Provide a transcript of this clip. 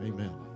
Amen